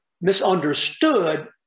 misunderstood